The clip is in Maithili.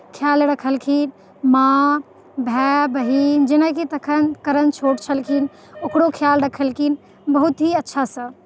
ख्याल रखलखिन माँ भाय बहिन जेनाकि तखन करण छोट छलखिन ओकरो ख्याल रखलखिन बहुत ही अच्छासँ